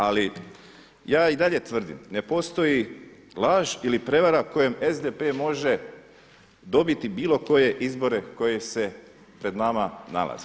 Ali ja i dalje tvrdim ne postoji laž ili prevara kojom SDP može dobiti bilo koje izbore koji se pred nama nalaze.